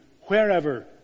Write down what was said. wherever